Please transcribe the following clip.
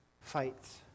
fights